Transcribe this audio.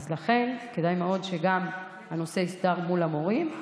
אז לכן כדאי מאוד שגם הנושא יוסדר מול המורים.